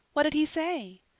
what did he say?